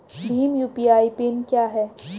Bhim UPI PIN क्या है?